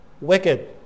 wicked